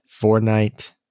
fortnite